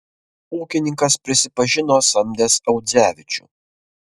ūkininkas prisipažino samdęs audzevičių